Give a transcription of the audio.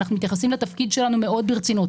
אנחנו מתייחסים לתפקיד שלנו מאוד ברצינות.